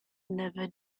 never